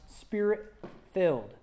spirit-filled